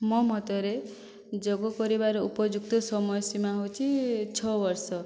ମୋ ମତରେ ଯୋଗ କରିବାର ଉପଯୁକ୍ତ ସମୟ ସୀମା ହେଉଛି ଛଅ ବର୍ଷ